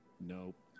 nope